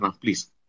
please